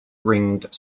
ringed